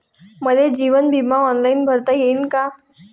मले जीवन बिमा ऑनलाईन भरता येईन का?